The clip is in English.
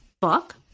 book